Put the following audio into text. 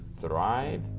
thrive